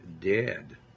dead